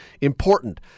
important